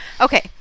okay